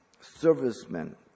servicemen